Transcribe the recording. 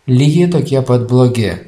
lygiai tokie pat blogi